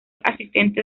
asistente